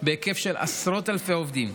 בהיקף של עשרות אלפי עובדים.